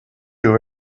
you